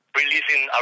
releasing